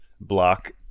Block